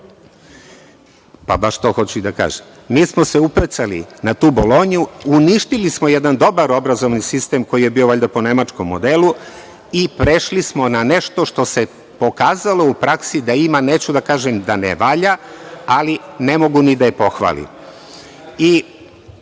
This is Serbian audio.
baš to hoću i da kažem. Mi smo se upecali na tu Bolonju, uništili smo jedan dobar obrazovni sistem, koji je bio po nemačkom modelu i prešli smo na nešto što se pokazalo u praksi da ima, neću da kažem da ne valja, ali ne mogu ni da je pohvalim.